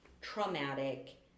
traumatic